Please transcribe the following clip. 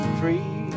free